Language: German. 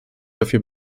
dafür